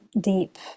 deep